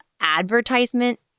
advertisement